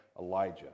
Elijah